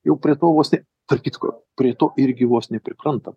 jau prie to vos ne tarp kitko prie to irgi vos nepriprantam